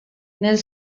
nel